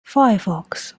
firefox